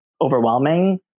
overwhelming